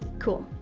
cool,